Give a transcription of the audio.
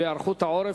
והיערכות העורף,